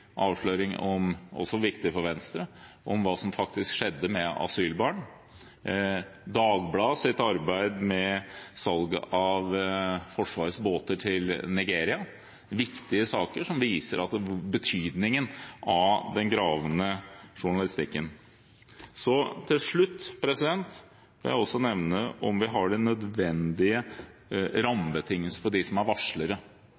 avsløring – også viktig for Venstre – av hva som faktisk skjedde med asylbarn, Dagbladets arbeid i forbindelse med salget av Forsvarets båter til Nigeria, viktige saker som viser betydningen av den gravende journalistikken. Til slutt vil jeg også nevne varslerne og om vi har de nødvendige rammebetingelser for dem som er varslere,